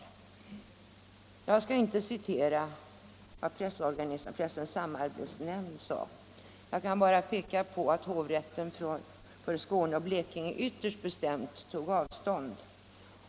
Jag skall inte citera vad Pressens samarbetsnämnd sade. Jag kan peka på att hovrätten över Skåne och Blekinge ytterst bestämt tog avstånd.